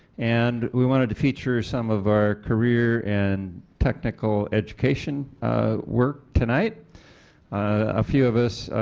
and we wanted to feature some of our career and technical education work tonight a few of us